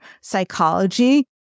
psychology